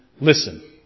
listen